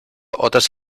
otras